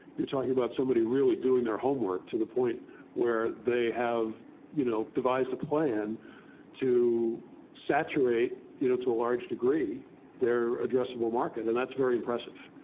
you're talking about somebody really doing their homework, to the point where they have you know devised a plan to saturate you know to a large degree their addressable market. and that's very impressive.